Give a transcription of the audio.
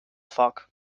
foc